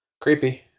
Creepy